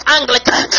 Anglican